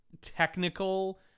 technical